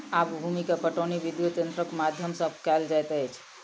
आब भूमि के पाटौनी विद्युत यंत्रक माध्यम सॅ कएल जाइत अछि